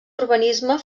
urbanisme